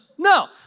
No